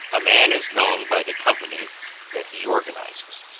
a man is known by the company that he organizes.